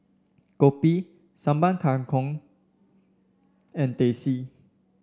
Kopi Sambal Kangkong and Teh C